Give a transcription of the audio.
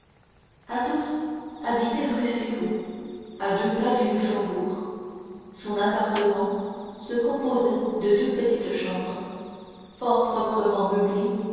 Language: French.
d'eux athos habitait rue férou à deux pas du luxembourg son appartement se composait de deux petites chambres fort proprement meublées